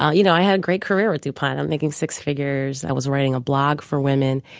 ah you know, i had a great career at dupont. i'm making six figures. i was writing a blog for women,